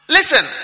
Listen